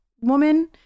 woman